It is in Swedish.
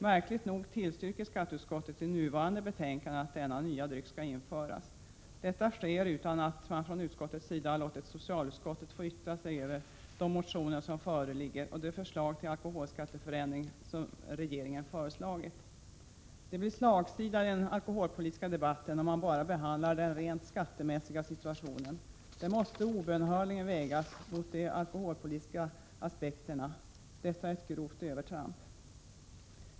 Märkligt nog tillstyrker skatteutskottet i nuvarande betänkande att denna nya dryck skall införas. Detta sker utan att man från utskottets sida har låtit socialutskottet få yttra sig över de motioner som föreligger och det förslag till alkoholskatteförändringar som regeringen har framlagt. Det blir slagsida i den alkoholpolitiska debatten, om man bara behandlar den rent skattemässiga situationen. Den måste obönhörligen vägas mot de alkoholpolitiska aspekterna. Här rör det sig om ett grovt övertramp.